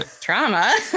trauma